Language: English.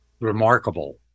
remarkable